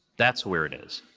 that's where it is.